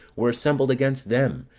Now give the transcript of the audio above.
were assembled against them,